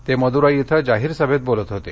ते मद्राई इथं जाहीर सभेत बोलत होते